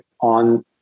on